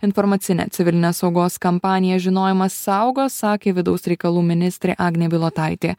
informacinę civilinės saugos kampaniją žinojimas saugo sakė vidaus reikalų ministrė agnė bilotaitė